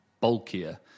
bulkier